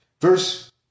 verse